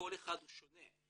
כל אחד הוא שונה.